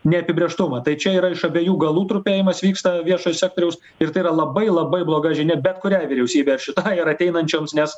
neapibrėžtumą tai čia yra iš abiejų galų trupėjimas vyksta viešojo sektoriaus ir tai yra labai labai bloga žinia bet kuriai vyriausybei ar šitai ir ateinančioms nes